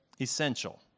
essential